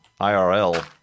IRL